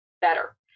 better